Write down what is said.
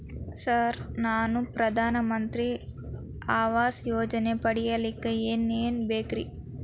Sir ನಾನು ಪ್ರಧಾನ ಮಂತ್ರಿ ಆವಾಸ್ ಯೋಜನೆ ಪಡಿಯಲ್ಲಿಕ್ಕ್ ಏನ್ ಏನ್ ಬೇಕ್ರಿ?